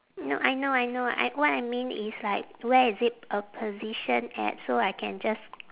no I know I know I what I mean is like where is it uh position at so I can just